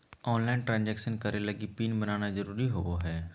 online transaction करे लगी PIN बनाना जरुरी होबो हइ